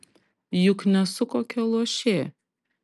juk nesu kokia luošė